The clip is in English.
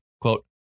quote